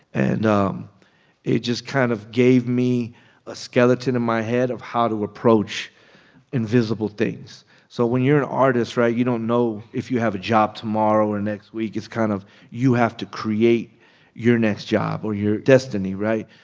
and um it just kind of gave me a skeleton in my head of how to approach invisible things so when you're an artist right? you don't know if you have a job tomorrow or next week. it's kind of you have to create your next job or your destiny, right?